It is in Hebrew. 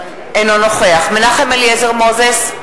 אינו נוכח מנחם אליעזר מוזס,